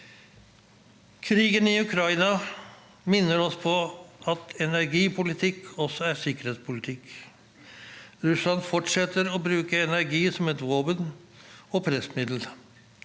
Krigen i Ukraina minner oss på at energipolitikk også er sikkerhetspolitikk. Russland fortsetter å bruke energi som et våpen og pressmiddel.